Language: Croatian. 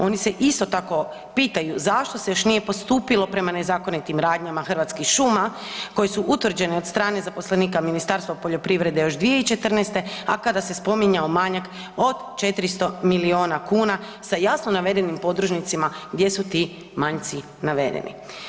Oni se isto tako pitaju zašto se još nije postupilo prema nezakonitim radnjama Hrvatskih šuma koje su utvrđene od strane zaposlenika Ministarstva poljoprivrede još 2014. a kada se spominjao manjak od 400 milijuna kuna, sa jasno navedenim podružnicama gdje su ti manjci navedeni.